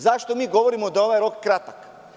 Zašto mi govorimo da je ovaj rok kratak?